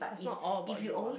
it's not all about you ah